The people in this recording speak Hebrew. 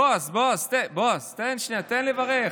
בועז, תן לי שנייה, תן לברך.